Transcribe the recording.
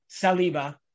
Saliba